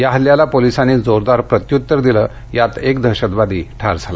या हल्ल्याला पोलिसांनी जोरदार प्रत्यूत्तर दिलं यात एक दहशतवादी ठार झाला